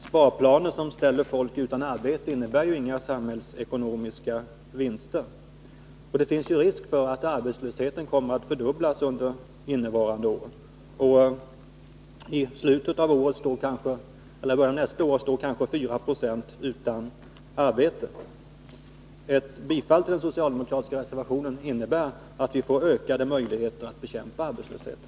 Sparplaner som ställer folk utan arbete innebär inga samhällsekonomiska vinster. Det finns ju risk för att arbetslösheten kommer att fördubblas under innevarande år. I slutet av året eller i början av nästa år står kanske 4 96 utan arbete. Ett bifall till den socialdemokratiska reservationen innebär att vi får ökade möjligheter att bekämpa arbetslösheten.